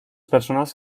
personas